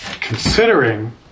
considering